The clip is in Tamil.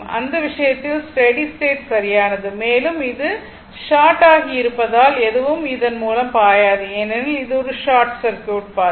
அந்த விஷயத்தில் ஸ்டெடி ஸ்டேட் சரியானது மேலும் இது ஷார்ட் ஆகி இருப்பதால் எதுவும் இதன் மூலம் பாயாது ஏனெனில் இது ஒரு ஷார்ட் சர்க்யூட் பாதை